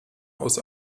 aus